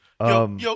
Yo